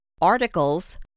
articles